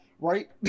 right